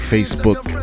Facebook